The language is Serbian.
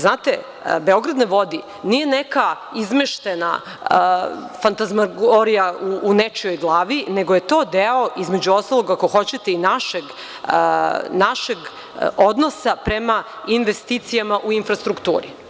Znate, „Beograd na vodi“ nije neka izmeštena fantazmagorija u nečijoj glavi, nego je to deo između ostalog, ako hoćete, i našeg odnosa prema investicijama u infrastrukturi.